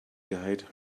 guide